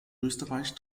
österreich